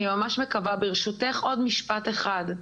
ברשותך, עוד משפט אחד.